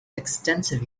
extensive